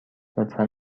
لطفا